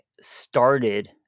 started